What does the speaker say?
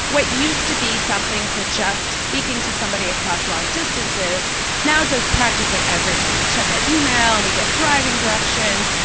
what used to be something for just speaking to somebody across long distance now just practically everything we check our email, and we get driving directions,